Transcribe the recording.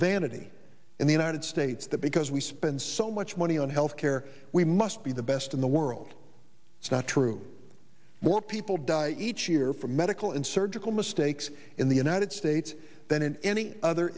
vanity in the united states that because we spend so much money on health care we must be the best in the world it's not true more people die each year from medical and surgical mistakes in the united states than in any other